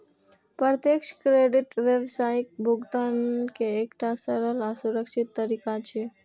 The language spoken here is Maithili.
प्रत्यक्ष क्रेडिट व्यावसायिक भुगतान के एकटा सरल आ सुरक्षित तरीका छियै